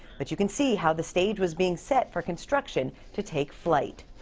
but you can see how the stage was being set for construction to take flight.